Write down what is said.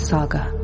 Saga